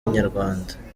inyarwanda